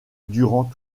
durant